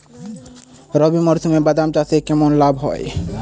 রবি মরশুমে বাদাম চাষে কেমন লাভ হয়?